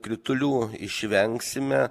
kritulių išvengsime